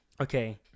Okay